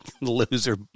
loser